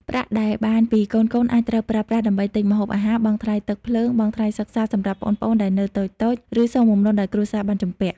ប្រាក់ដែលបានពីកូនៗអាចត្រូវប្រើប្រាស់ដើម្បីទិញម្ហូបអាហារ បង់ថ្លៃទឹក ភ្លើង បង់ថ្លៃសិក្សាសម្រាប់ប្អូនៗដែលនៅតូចៗ ឬសងបំណុលដែលគ្រួសារបានជំពាក់។